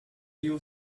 you